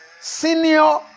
senior